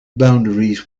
boundaries